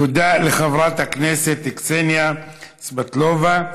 תודה לחברת הכנסת קסניה סבטלובה.